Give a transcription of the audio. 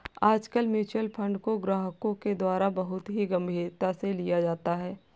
आजकल mutual fund को ग्राहकों के द्वारा बहुत ही गम्भीरता से लिया जाता है